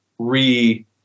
re